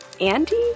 Andy